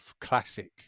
Classic